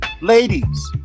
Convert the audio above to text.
ladies